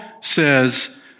says